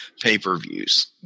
pay-per-views